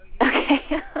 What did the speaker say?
Okay